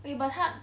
wait but 他